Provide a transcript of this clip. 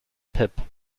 pip